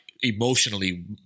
emotionally